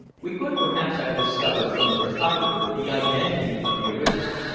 we could perhaps have discovered from the photographer the identity of the original.